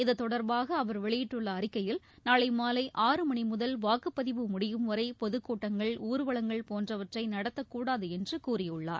இது தொடர்பாக அவர் வெளியிட்டுள்ள அறிக்கையில் நாளை மாலை ஆறு மணி முதல் வாக்குப்பதிவு முடியும் வரை பொதுக் கூட்டங்கள் ஊர்வலங்கள் போன்றவற்றை நடத்தக் கூடாது என்று கூறியுள்ளார்